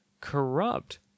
corrupt